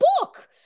book